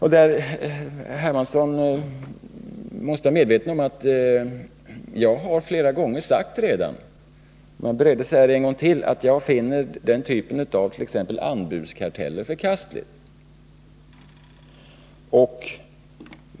Herr Hermansson måste vara medveten om att jag redan flera gånger har sagt — och jag är beredd att säga det en gång till — att jag finner den typen av t.ex. anbudskarteller förkastlig.